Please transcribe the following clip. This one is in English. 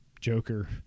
Joker